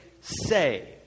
say